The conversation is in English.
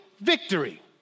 victory